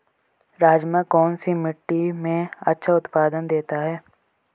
राजमा कौन सी मिट्टी में अच्छा उत्पादन देता है?